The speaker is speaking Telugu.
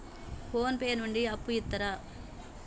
ఫోన్ పే నుండి అప్పు ఇత్తరా?